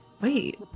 Wait